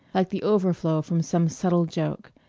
like the overflow from some subtle joke,